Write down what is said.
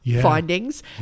findings